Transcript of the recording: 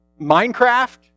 Minecraft